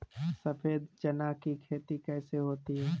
सफेद चना की खेती कैसे होती है?